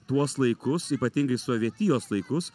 tuos laikus ypatingai sovietijos laikus